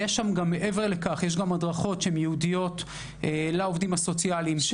מעבר לכך יש הדרכות ייעודיות לעובדים הסוציאליים.